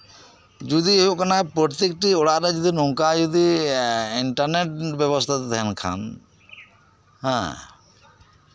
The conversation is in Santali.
ᱡᱩᱫᱤ ᱦᱳᱭᱳᱜ ᱠᱟᱱᱟ ᱯᱨᱚᱛᱛᱮᱠᱴᱤ ᱚᱲᱟᱜ ᱨᱮ ᱱᱚᱝᱠᱟ ᱡᱩᱫᱤ ᱤᱱᱴᱟᱨᱱᱮᱴ ᱵᱮᱵᱚᱥᱛᱟ ᱛᱟᱦᱮᱱ ᱠᱷᱟᱱ ᱦᱮᱸᱜ